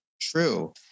true